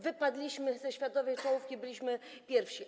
Wypadliśmy ze światowej czołówki, a byliśmy pierwsi.